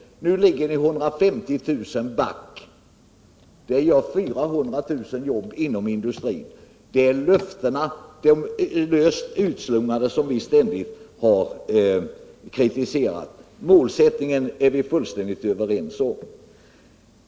Nu ligger vi 150 000 back. Det innebär att 400 000 nya jobb skall skapas bara inom industrin! Det är de löst utslungade löftena som vi ständigt har kritiserat. Målsättningen är vi fullständigt överens om.